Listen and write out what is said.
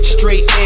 Straight